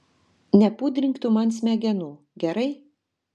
nepudrink tu man smegenų gerai